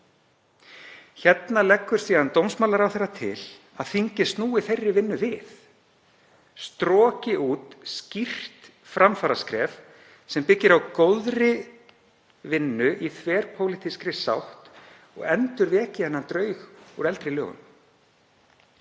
Hérna leggur síðan dómsmálaráðherra til að þingið snúi þeirri vinnu við, stroki út skýrt framfaraskref sem byggist á góðri vinnu í þverpólitískri sátt, og endurveki þennan draug úr eldri lögum.